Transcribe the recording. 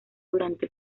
durante